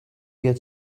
get